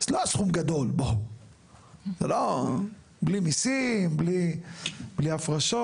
לא סכום גדול, בלי מיסים, בלי הפרשות,